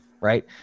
right